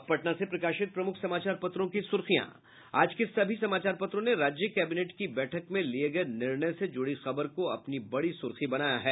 अब पटना से प्रकाशित प्रमुख समाचार पत्रों की सुर्खियां आज के सभी समाचार पत्रों ने राज्य कैबिनेट की बैठक में लिये गये निर्णय से जुड़ी खबर को अपनी बड़ी सुर्खी बनाया है